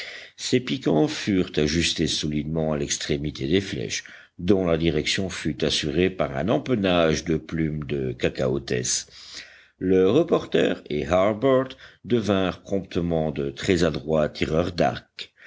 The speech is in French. ces piquants furent ajustés solidement à l'extrémité des flèches dont la direction fut assurée par un empennage de plumes de kakatoès le reporter et harbert devinrent promptement de très adroits tireurs d'arc